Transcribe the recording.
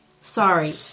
Sorry